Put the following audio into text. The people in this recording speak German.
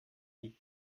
die